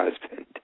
husband